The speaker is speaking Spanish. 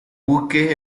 buque